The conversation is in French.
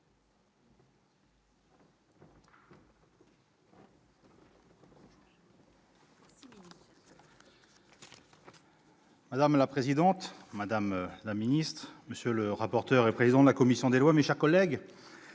Madame la présidente, madame la ministre, monsieur le rapporteur, président de la commission des lois, mes chers collègues,